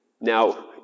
Now